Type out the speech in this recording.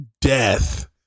death